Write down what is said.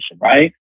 right